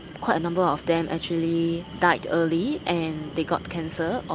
quite a number of them actually died early, and they got cancer.